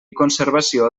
conservació